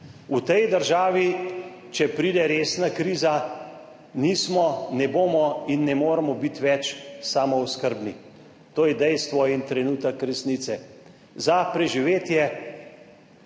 V tej državi, če pride resna kriza, nismo, ne bomo in ne moremo biti več samooskrbni, to je dejstvo in trenutek resnice. Za preživetje